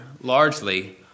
largely